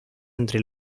entre